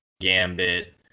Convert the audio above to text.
Gambit